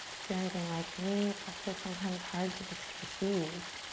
if you're anything like me, it's also sometimes hard to just receive.